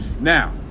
Now